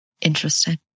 Interesting